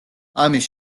ამის